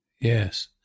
Yes